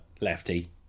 lefty